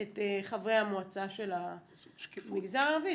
את חברי המועצה של המגזר הערבי.